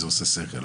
זה עושה שכל.